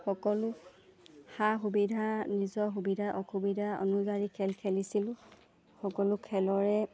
সকলো সা সুবিধা নিজৰ সুবিধা অসুবিধা অনুযায়ী খেল খেলিছিলোঁ সকলো খেলৰে